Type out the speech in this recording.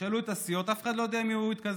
תשאלו את הסיעות, אף אחד לא יודע עם מי הוא התקזז.